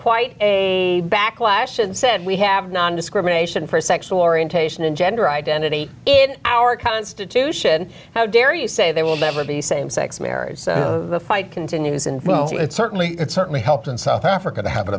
quite a backlash and said we have nondiscrimination for sexual orientation and gender identity in our constitution how dare you say they will never be same sex marriage so the fight continues and well it certainly it certainly helped in south africa to ha